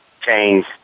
change